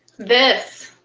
this.